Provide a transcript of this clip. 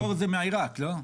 המקור זה מעירק, לא?